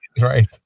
Right